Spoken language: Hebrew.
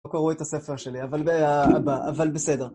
לא קראו את הספר שלי, אבל בסדר.